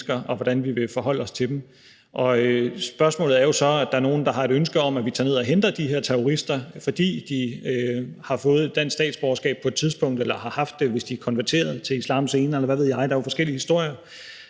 til, hvordan vi vil forholde os til de her mennesker. Og spørgsmålet går jo så på, at der nogle, der har et ønske om, at vi tager ned og henter de her terrorister, fordi de har fået et dansk statsborgerskab på et tidspunkt eller har haft det, hvis de er konverteret til islam senere, eller hvad ved jeg; der er jo forskellige historier.